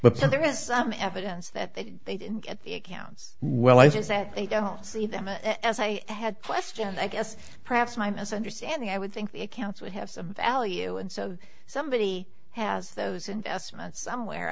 but there is some evidence that they they didn't get the accounts well life is that they don't see them as i had questions i guess perhaps my misunderstanding i would think the accounts would have a value and so somebody has those investments somewhere